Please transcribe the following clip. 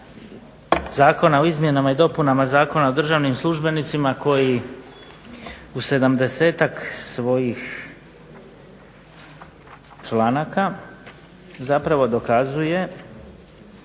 zakona o izmjenama i dopunama Zakona o državnim službenicima koji u sedamdesetak svojih članaka zapravo dokazuje